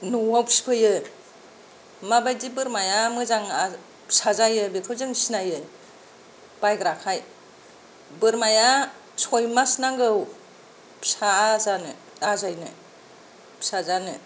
न'आव फिसिफैयो माबायदि बोरमाया मोजां फिसा जायो बेखौ जों सिनायो बायग्राखाय बोरमाया सय मास नांगौ फिसा जानो आजायनो फिसा जानो